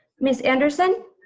ms. anderson?